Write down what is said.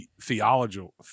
theological